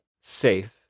safe